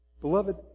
Beloved